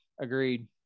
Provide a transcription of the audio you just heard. agreed